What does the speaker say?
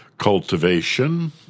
cultivation